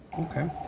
Okay